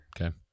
Okay